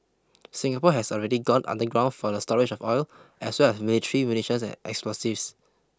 Singapore has already gone underground for the storage of oil as well as military munitions and explosives